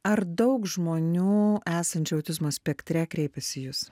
ar daug žmonių esančių autizmo spektre kreipiasi į jus